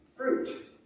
Fruit